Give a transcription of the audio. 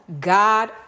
god